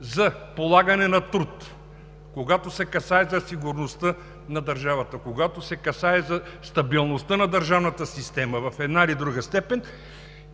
за полагане на труд, когато се касае за сигурността на държавата, когато се касае за стабилността на държавната система в една или друга степен,